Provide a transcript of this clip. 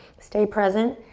stay present.